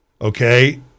okay